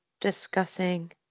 discussing